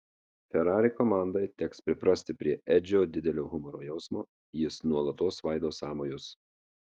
ferrari komandai teks priprasti prie edžio didelio humoro jausmo jis nuolatos svaido sąmojus